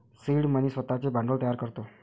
seed money स्वतःचे भांडवल तयार करतो